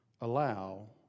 allow